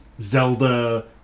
Zelda